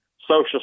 Social